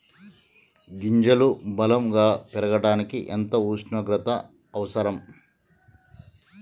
గింజలు బలం గా పెరగడానికి ఎంత ఉష్ణోగ్రత అవసరం?